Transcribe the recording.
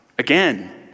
Again